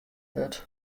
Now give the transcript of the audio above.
wurdt